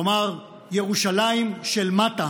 כלומר ירושלים של מטה,